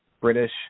British